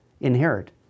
inherit